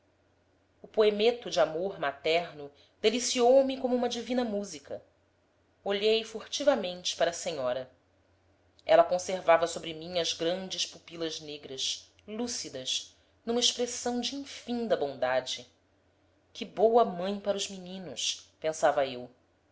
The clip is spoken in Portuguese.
o poemeto de amor materno deliciou me como uma divina música olhei furtivamente para a senhora ela conservava sobre mim as grandes pupilas negras lúcidas numa expressão de infinda bondade que boa mãe para os meninos pensava eu